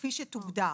כפי שתוגדר,